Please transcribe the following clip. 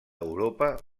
europa